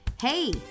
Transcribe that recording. Hey